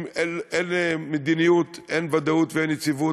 אם אין מדיניות, אין ודאות ואין יציבות,